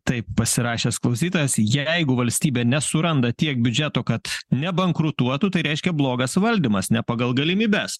taip pasirašęs klausytojas jeigu valstybė nesuranda tiek biudžeto kad nebankrutuotų tai reiškia blogas valdymas ne pagal galimybes